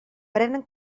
prenen